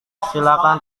silakan